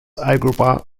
algebra